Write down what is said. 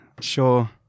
sure